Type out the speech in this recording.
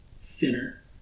thinner